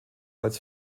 als